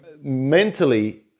mentally